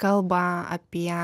kalba apie